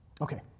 Okay